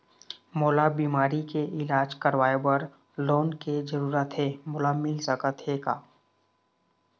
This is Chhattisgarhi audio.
मोला बीमारी के इलाज करवाए बर लोन के जरूरत हे मोला मिल सकत हे का?